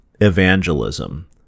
evangelism